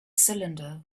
cylinder